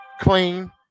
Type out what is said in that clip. clean